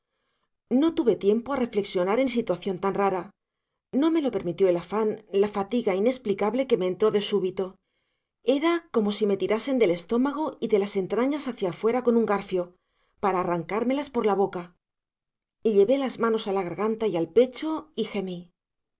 no tuve tiempo a reflexionar en situación tan rara no me lo permitió el afán la fatiga inexplicable que me entró de súbito era como si me tirasen del estómago y de las entrañas hacia fuera con un garfio para arrancármelas por la boca llevé las manos a la garganta y al pecho y gemí